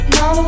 no